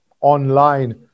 online